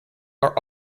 are